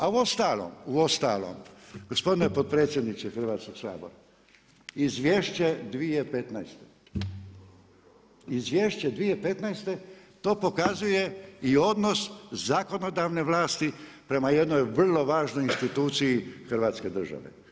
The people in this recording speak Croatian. A u ostalom, gospodin potpredsjedniče Hrvatskog sabora izvješće 2015. izvješće 2015. to pokazuje i odnos zakonodavne vlasti prema jednoj vrlo važnoj instituciji Hrvatske države.